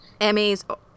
Emmys